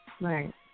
Right